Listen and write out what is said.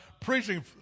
preaching